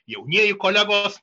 jaunieji kolegos